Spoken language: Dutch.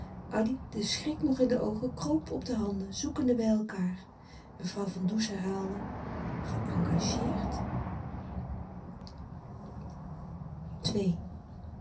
den schrik nog in de oogen kroop op de handen zoekende bij elkaâr mevrouw van does herhaalde geëngageerd